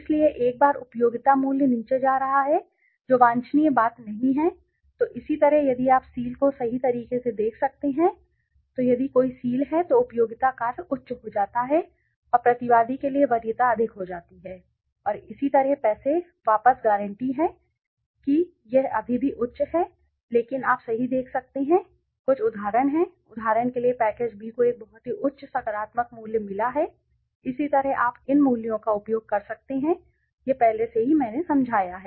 इसलिए एक बार उपयोगिता मूल्य नीचे जा रहा है जो वांछनीय बात नहीं है तो इसी तरह यदि आप सील को सही तरीके से देख सकते हैं तो यदि कोई सील है तो उपयोगिता कार्य उच्च हो जाता है और प्रतिवादी के लिए वरीयता अधिक हो जाती है और इसी तरह पैसे वापस गारंटी है कि यह अभी भी उच्च है लेकिन आप सही देख सकते हैं कुछ उदाहरण हैं उदाहरण के लिए पैकेज बी को एक बहुत ही उच्च सकारात्मक मूल्य मिला है ठीक इसी तरह आप इस मूल्यों का उपयोग कर सकते हैं ठीक है यह पहले से ही मैंने समझाया है